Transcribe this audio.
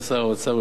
יובל שטייניץ,